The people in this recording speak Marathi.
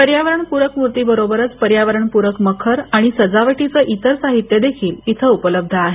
पर्यावरणप्रक मूर्तीबरोबरच पर्यावरणपूरक मखर आणि सजावटीचंइतर साहित्य देखील इथे उपलब्ध आहे